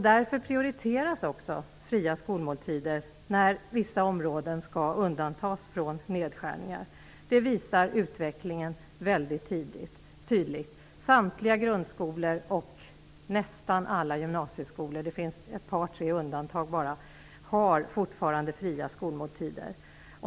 Därför prioriteras också fria skolmåltider när vissa områden skall undantas från nedskärningar. Det visar utvecklingen väldigt tydligt. Samtliga grundskolor och nästan alla gymnasieskolor - det finns bara ett par tre undantag - har fortfarande fria skolmåltider.